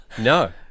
No